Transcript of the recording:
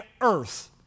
earth